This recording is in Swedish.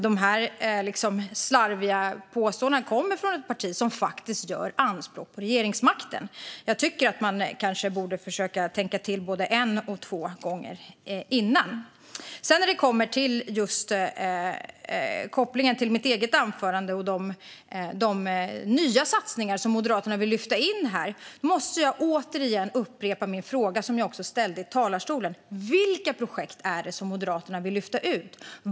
Dessa slarviga påståenden kommer från ett parti som faktiskt gör anspråk på regeringsmakten. Jag tycker att man kanske borde tänka till både en och två gånger innan. När det kommer till just kopplingen till mitt eget anförande och de nya satsningar som Moderaterna vill lyfta in här måste jag återigen upprepa min fråga som jag ställde tidigare i talarstolen. Vilka projekt är det som Moderaterna vill lyfta ut?